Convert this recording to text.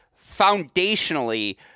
Foundationally